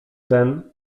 ten